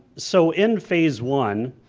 so in phase one